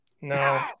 No